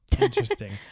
interesting